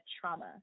trauma